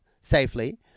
safely